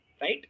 Right